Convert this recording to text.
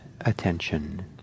attention